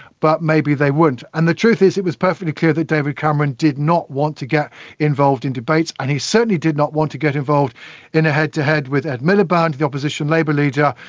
but maybe they wouldn't. and the truth is it was perfectly clear that david cameron did not want to get involved in debates and he certainly did not want to get involved in a head-to-head with ed miliband, the opposition labour leader.